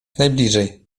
najbliżej